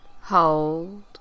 hold